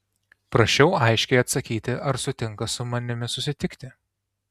prašiau aiškiai atsakyti ar sutinka su manimi susitikti